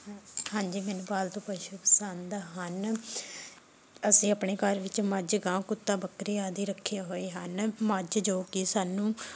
ਹਾਂਜੀ ਮੈਨੂੰ ਪਾਲਤੂ ਪਸ਼ੂ ਪਸੰਦ ਹਨ ਅਸੀਂ ਆਪਣੇ ਘਰ ਵਿੱਚ ਮੱਝ ਗਾਂ ਕੁੱਤਾ ਬੱਕਰੀ ਆਦਿ ਰੱਖੇ ਹੋਏ ਹਨ ਮੱਝ ਜੋ ਕਿ ਸਾਨੂੰ